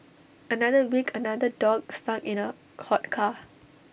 another week another dog stuck in A hot car